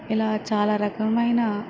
ఇలా చాలా రకమైన